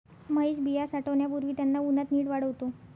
महेश बिया साठवण्यापूर्वी त्यांना उन्हात नीट वाळवतो